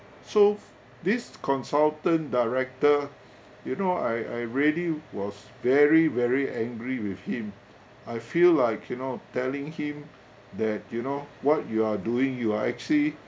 so this consultant director you know I I really was very very angry with him I feel like you know telling him that you know what you are doing you are actually